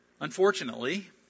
Unfortunately